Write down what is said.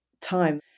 time